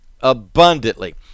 abundantly